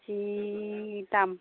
जि दाम